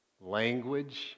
language